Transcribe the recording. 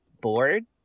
bored